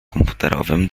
komputerowym